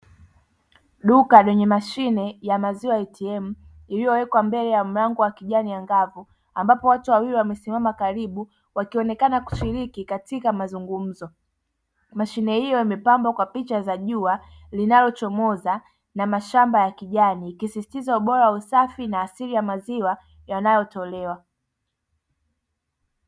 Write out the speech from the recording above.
Duka lenye mashine ya maziwa atm iliyowekwa mbele ya mlango wa kijani angavu, ambapo watu wawili wakionekana kushiriki katika mazungumzo. Mashine hiyo imepangwa kwa picha za jua linalochomoza na mashamba ya kijani, ikisisitiza ubora wa usafi na asili ya maziwa yanayotolewa.